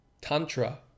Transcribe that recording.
tantra